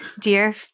dear